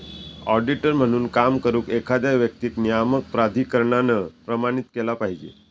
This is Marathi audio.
ऑडिटर म्हणून काम करुक, एखाद्या व्यक्तीक नियामक प्राधिकरणान प्रमाणित केला पाहिजे